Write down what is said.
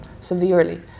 severely